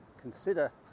consider